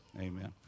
Amen